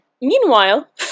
Meanwhile